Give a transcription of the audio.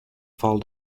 fall